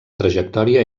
trajectòria